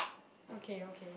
okay okay